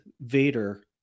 Vader